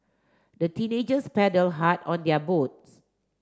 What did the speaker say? the teenagers paddled hard on their boats